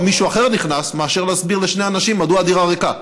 מישהו אחר נכנס מאשר להסביר לשני אנשים מדוע הדירה ריקה.